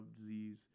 disease